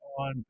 on